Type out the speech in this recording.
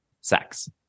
sex